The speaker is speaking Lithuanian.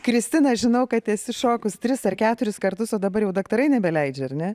kristina žinau kad esi šokus tris ar keturis kartus o dabar jau daktarai nebeleidžia ar ne